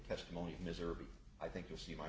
testimony of miserably i think you'll see m